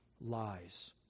lies